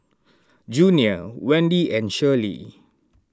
Junior Wende and Shirlie